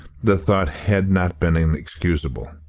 the thought had not been inexcusable.